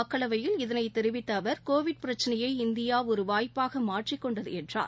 மக்களவையில் இதனை தெரிவித்த அவர் கோவிட் பிரச்சினையை இந்தியா ஒரு வாய்ப்பாக மாற்றிக்கொண்டது என்றார்